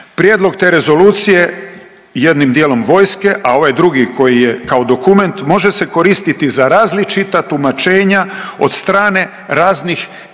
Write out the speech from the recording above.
Prijedlog te Rezolucije jednim dijelom vojske, a ovaj drugi koji je kao dokument može se koristiti za različita tumačenja od strane raznih